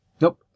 Nope